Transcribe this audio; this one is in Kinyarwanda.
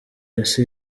isi